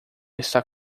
está